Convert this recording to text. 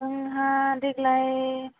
जोंहा देग्लाय